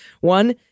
One